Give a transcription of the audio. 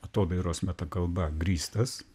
atodairos metakalba grįstas